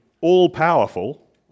all-powerful